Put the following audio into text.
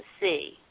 see